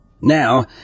Now